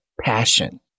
passion